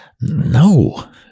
No